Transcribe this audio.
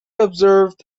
observed